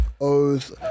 O's